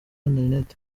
internet